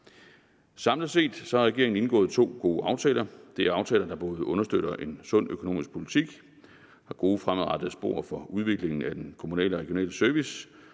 Samlet set har regeringen indgået to gode aftaler. Det er aftaler, der understøtter både en sund økonomisk politik og gode fremadrettede spor for udviklingen af den kommunale og regionale service